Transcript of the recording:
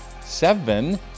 seven